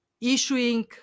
issuing